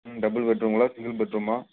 ம் டபுள் பெட்ரூமுங்களா சிங்கிள் பெட்ரூமா